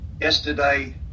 Yesterday